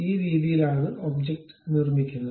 ഈ രീതിയിലാണ് ഒബ്ജക്റ്റ് നിർമിക്കുന്നത്